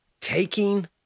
taking